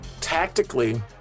Tactically